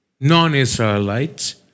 non-Israelites